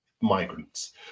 Migrants